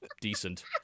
decent